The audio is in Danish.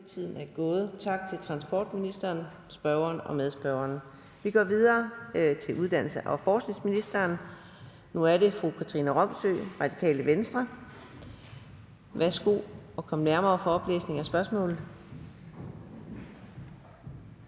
Tak til transportministeren, spørgeren og medspørgeren. Vi går videre til uddannelses- og forskningsministeren. Nu er det fru Katrine Robsøe fra Radikale Venstre. Kl. 16:11 Spm. nr. S 157 25) Til transportministeren